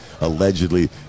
allegedly